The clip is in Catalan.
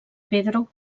pedro